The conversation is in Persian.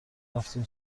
رفتیم